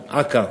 אכ"א,